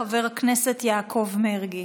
חבר הכנסת יעקב מרגי.